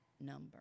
number